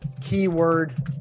Keyword